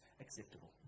acceptable